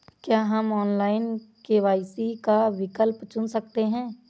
क्या हम online KYC का विकल्प चुन सकते हैं?